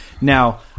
now